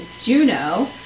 Juno